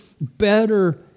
better